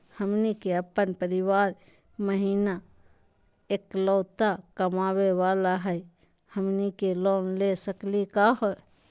हमनी के अपन परीवार महिना एकलौता कमावे वाला हई, हमनी के लोन ले सकली का हो?